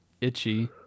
itchy